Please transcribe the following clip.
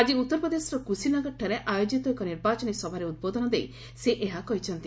ଆଜି ଉତ୍ତର ପ୍ରଦେଶର କୃଶୀ ନଗରଠାରେ ଆୟୋଜିତ ଏକ ନିର୍ବାଚନୀ ସଭାରେ ଉଦ୍ବୋଧନ ଦେଇ ସେ ଏହା କହିଛନ୍ତି